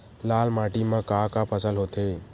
लाल माटी म का का फसल होथे?